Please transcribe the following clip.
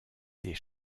des